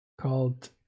called